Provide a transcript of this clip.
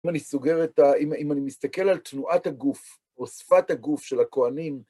אם אני מסתכל על תנועת הגוף, או שפת הגוף של הכוהנים,